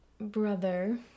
brother